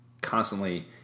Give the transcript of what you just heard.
constantly